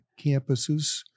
campuses